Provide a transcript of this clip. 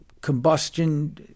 combustion